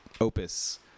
opus